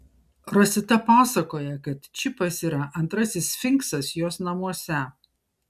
rosita pasakoja kad čipas yra antrasis sfinksas jos namuose